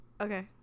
Okay